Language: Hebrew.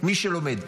מי שלומד.